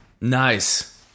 Nice